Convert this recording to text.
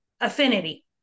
affinity